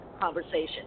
conversation